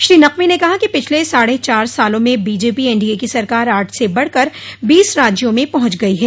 श्री नकवी ने कहा कि पिछले साढ़े चार सालों में बीजेपी एनडीए की सरकार आठ से बढ़कर बीस राज्यों में पहुंच गई है